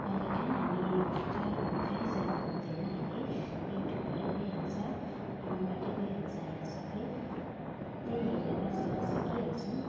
अहिले काहीँ हामी टाढोहरू काहीँ जानु पर्दैन अहिले युट्युबबाट भइहाल्छ फोनबाट भइहाल्छ अहिले सब त्यही हेरेर सब सिकिहाल्छौँ